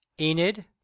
Enid